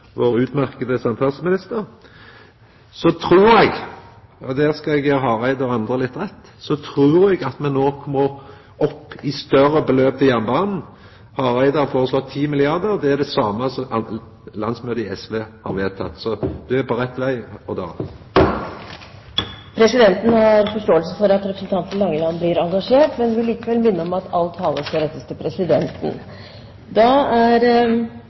vår utmerkte samferdselsminister. Så trur eg – og der skal eg gje Hareide og andre litt rett – at me nok må opp i større beløp til jernbanen. Hareide har føreslått 10 milliardar kr – det er det same som landsmøtet i SV har vedteke – så du er på rett veg, Knut Arild! Presidenten har forståelse for at representanten Langeland blir engasjert, men vil likevel minne om at all tale skal rettes til presidenten.